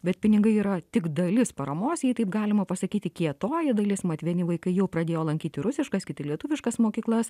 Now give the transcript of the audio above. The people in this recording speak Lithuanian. bet pinigai yra tik dalis paramos jei taip galima pasakyti kietoji dalis mat vieni vaikai jau pradėjo lankyti rusiškas kiti lietuviškas mokyklas